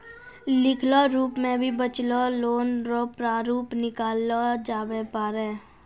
लिखलो रूप मे भी बचलो लोन रो प्रारूप निकाललो जाबै पारै